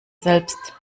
selbst